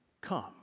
Come